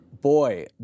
boy